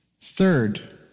Third